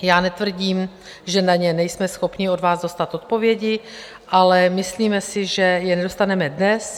Já netvrdím, že na ně nejsme schopni od vás dostat odpovědi, ale myslíme si, že je nedostaneme dnes.